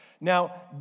Now